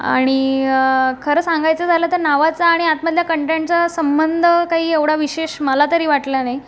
आणि खरं सांगायचं झालं तर नावाचा आणि आतमधल्या कंटेंटचा संबंध काही एवढा विशेष मला तरी वाटला नाही